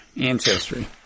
ancestry